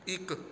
ਇੱਕ